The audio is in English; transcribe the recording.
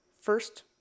first